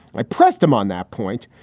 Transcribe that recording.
i pressed him on that point.